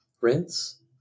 Rinse